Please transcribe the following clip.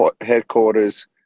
headquarters